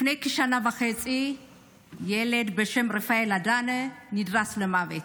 לפני כשנה וחצי ילד בשם רפאל אדנה נדרס למוות.